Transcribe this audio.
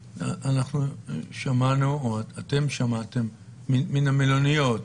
שמענו או אתם שמעתם מן המלוניות,